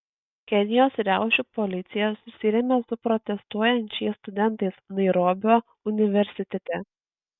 kenijos riaušių policija susirėmė su protestuojančiais studentais nairobio universitete